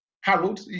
Harold